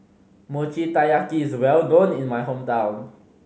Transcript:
Mochi Taiyaki is well known in my hometown